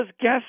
guess